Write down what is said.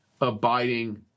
abiding